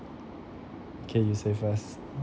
can you save us